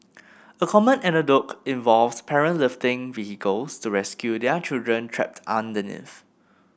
a common anecdote involves parents lifting vehicles to rescue their children trapped underneath